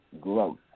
growth